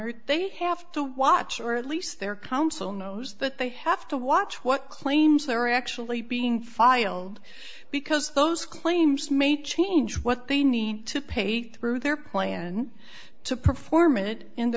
honor they have to watch or at least their counsel knows that they have to watch what claims they are actually being filed because those claims made change what they need to pay through their plan to perform it in